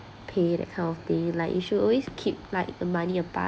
pay that kind of thing like you should always keep like the money apart